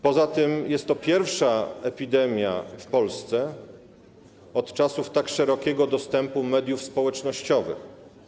Poza tym jest to pierwsza epidemia w Polsce od czasu tak szerokiego dostępu do mediów społecznościowych.